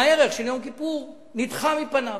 והערך של יום כיפור נדחה מפניו.